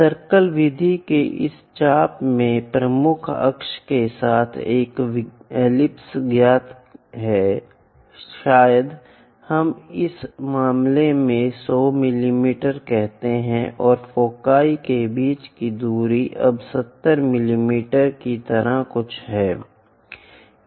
circle विधि के इस चाप में प्रमुख अक्ष के साथ एक एलिप्स ज्ञात है शायद हम इस मामले में 100 मिमी कहते हैं और फोकी के बीच की दूरी अब 70 मिमी की तरह कुछ है